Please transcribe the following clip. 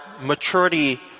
maturity